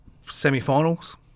semi-finals